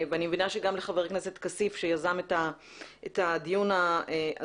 ואני מבינה שגם לחבר הכנסת כסיף שיזם את הדיון הזה,